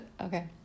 Okay